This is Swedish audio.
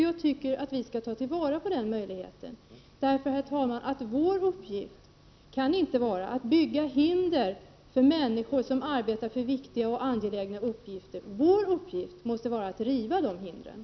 Jag tycker att vi skall ta vara på den möjligheten. Vår uppgift, herr talman, kan inte vara att bygga upp hinder för människor som arbetar med viktiga och angelägna uppgifter utan vår uppgift måste vara att riva dessa hinder.